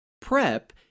PrEP